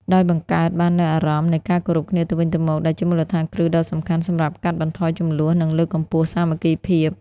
ដោយបង្កើតបាននូវអារម្មណ៍នៃការគោរពគ្នាទៅវិញទៅមក ដែលជាមូលដ្ឋានគ្រឹះដ៏សំខាន់សម្រាប់កាត់បន្ថយជម្លោះ និងលើកកម្ពស់សាមគ្គីភាព។